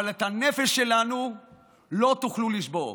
אבל את הנפש שלנו לא תוכלו לשבור.